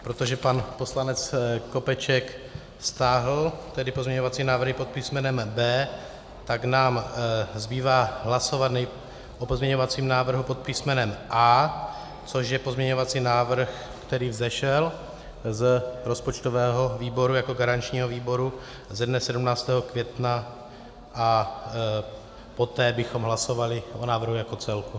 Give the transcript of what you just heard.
Protože pan poslanec Skopeček stáhl pozměňovací návrhy pod písmenem B, tak nám zbývá hlasovat o pozměňovacím návrhu pod písmenem A, což je pozměňovací návrh, který vzešel z rozpočtového výboru jako garančního výboru ze dne 17. května, a poté bychom hlasovali o návrhu jako celku.